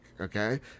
Okay